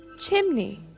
chimney